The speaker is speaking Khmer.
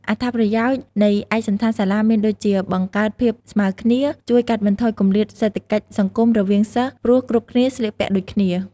អត្ថប្រយោជន៍នៃឯកសណ្ឋានសាលាមានដូចជា បង្កើតភាពស្មើគ្នា ជួយកាត់បន្ថយគម្លាតសេដ្ឋកិច្ចសង្គមរវាងសិស្ស ព្រោះគ្រប់គ្នាស្លៀកពាក់ដូចគ្នា។